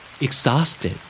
Exhausted